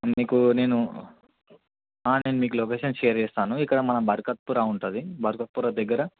మీకు నేను నేను మీకు లొకేషన్ షేర్ చేస్తాను ఇక్కడ మన బర్కత్పురా ఉంటుంది బర్కత్పురా దగ్గర